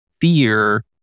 fear